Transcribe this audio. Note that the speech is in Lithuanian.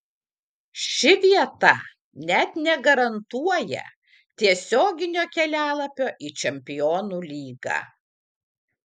ši vieta net negarantuoja tiesioginio kelialapio į čempionų lygą